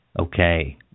Okay